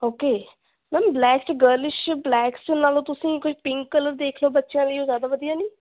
okay ma'am black 'ਚ girlish black 'ਚ ਲੈ ਲਉ ਤੁਸੀਂ ਕੋਈ ਪਿੰਕ ਕਲਰ ਦੇਖ ਲਉ ਬੱਚਿਆਂ ਲਈ ਉਹ ਜ਼ਿਆਦਾ ਵਧੀਆ ਨਹੀਂ